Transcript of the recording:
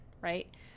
right